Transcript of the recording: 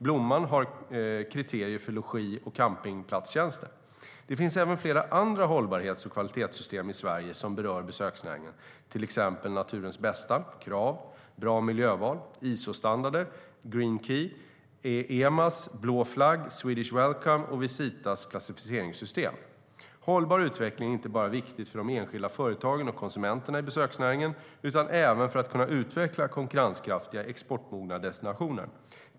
Blomman har kriterier för logi och campingplatstjänster. Det finns även flera andra hållbarhets och kvalitetssystem i Sverige som berör besöksnäringen, till exempel Naturens Bästa, Krav, Bra Miljöval, ISO-standarder, Green Key, EMAS, Blå Flagg, Swedish Welcome och Visitas klassificeringssystem. Hållbar utveckling är viktigt inte bara för de enskilda företagen och konsumenterna i besöksnäringen utan även för att kunna utveckla konkurrenskraftiga, exportmogna destinationer.